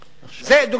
זה דוגמה אחת.